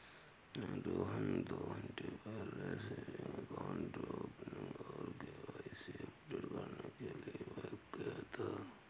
रोहन दो घन्टे पहले सेविंग अकाउंट ओपनिंग और के.वाई.सी अपडेट करने के लिए बैंक गया था